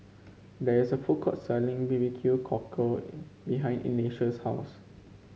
there is a food court selling B B Q Cockle behind Ignatius' house